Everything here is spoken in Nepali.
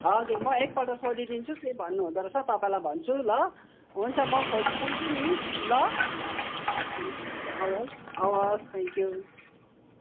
हजुर म एकपल्ट सोधिदिन्छु के भन्नुहुँदो रहेछ तपाईँलाई भन्छु ल हुन्छ म खोजिदिन्छु नि ल हवस् हवस् थ्याङ्क्यु